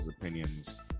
opinions